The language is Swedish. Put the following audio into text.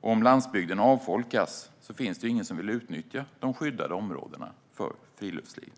Om landsbygden avfolkas finns det ju ingen som vill utnyttja de skyddade områdena för friluftsliv.